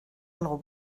algo